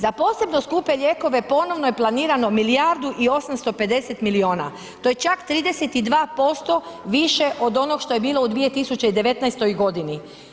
Za posebno skupe lijekove ponovno je planirano milijardu i 850 miliona to je čak 32% više od onog što je bilo u 2019. godini.